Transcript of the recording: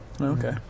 okay